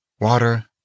Water